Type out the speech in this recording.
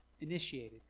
initiated